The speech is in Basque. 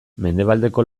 mendebaldeko